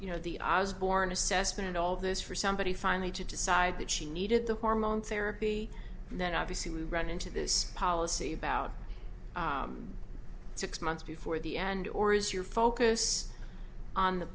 you know the i was born assessment all this for somebody finally to decide that she needed the hormone therapy that obviously we run into this policy about six months before the end or is your focus on the